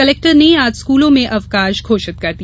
collector ने आज स्कूलों में अवकाश घोषित कर दिया